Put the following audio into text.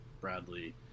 Bradley